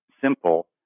simple